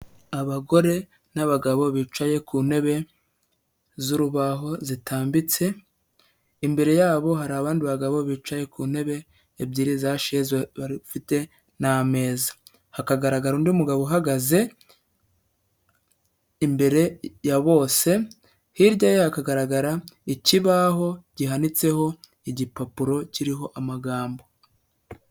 Abagore n'abagabo bicaye ku ntebe z'urubaho zitambitse, imbere yabo hari abandi bagabo bicaye ku ntebe ebyiri za shezi bafite n'ameza, hakagaragara undi mugabo uhagaze imbere ya bose, hirya ye hakagaragara ikibaho gihanitseho igipapuro kiriho amagambo.